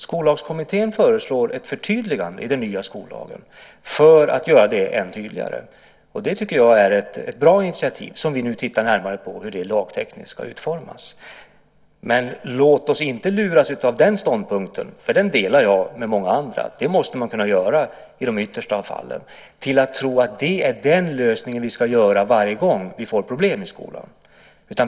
Skollagskommittén föreslår ett förtydligande i den nya skollagen för att göra det ännu tydligare. Det tycker jag är ett bra initiativ. Vi tittar nu närmare på hur det lagtekniskt ska utformas. En ståndpunkt som jag delar med många är att man måste kunna göra så i yttersta nödfall, men låt oss inte luras att tro att det är den lösning vi ska ta till varje gång vi får problem i skolan.